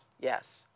Yes